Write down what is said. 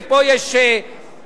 ופה יש חשב,